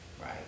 Right